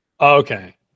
Okay